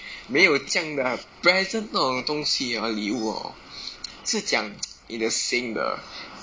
没有这样的 lah present 这种东西 ah 礼物 hor 是讲 你的心的